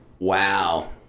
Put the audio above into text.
wow